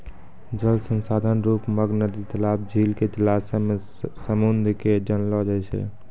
जल संसाधन रुप मग नदी, तलाब, झील, जलासय, समुन्द के जानलो जाय छै